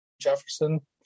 jefferson